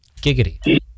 Giggity